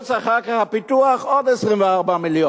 חוץ מהפיתוח אחר כך, עוד 24 מיליון.